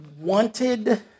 wanted